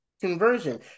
conversion